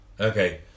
Okay